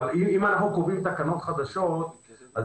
אבל אם אנחנו קובעים תקנות חדשות אז